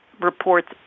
reports